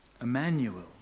Emmanuel